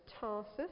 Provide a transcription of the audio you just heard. Tarsus